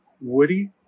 woody